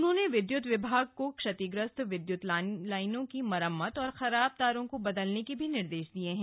उन्होंने विद्युत विभाग को क्षतिग्रस्त विद्युत लाइनों की मरम्मत और खराब तारों को बदलने के निर्देश दिए हैं